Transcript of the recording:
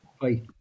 Bye